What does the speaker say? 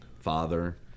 father